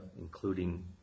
including